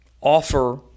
offer